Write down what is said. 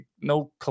no